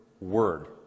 word